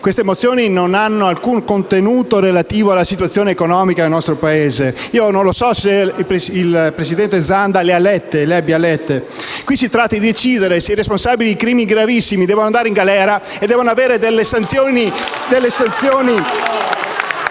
queste mozioni che non hanno alcun contenuto relativo alla situazione economica del nostro Paese. Non so se il presidente Zanda le abbia lette. Si tratta di decidere se i responsabili di crimini gravissimi devono andare in galera e se devono subire delle sanzioni